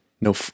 No